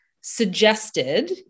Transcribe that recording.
suggested